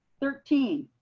thirteen,